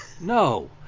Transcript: no